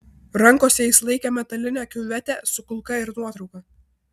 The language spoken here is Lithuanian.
rankose jis laikė metalinę kiuvetę su kulka ir nuotrauką